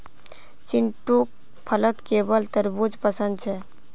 चिंटूक फलत केवल तरबू ज पसंद छेक